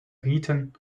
riten